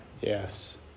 Yes